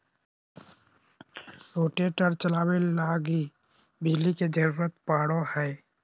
rotator चलावे लगी बिजली के जरूरत पड़ो हय